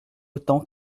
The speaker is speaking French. autant